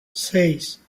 seis